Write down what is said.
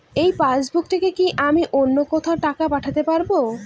এই পাসবুক থেকে কি আমি অন্য কোথাও টাকা পাঠাতে পারব?